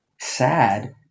sad